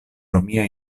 romia